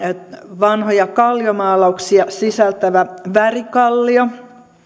vanhoja kalliomaalauksia sisältävä värikallio